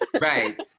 Right